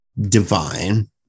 divine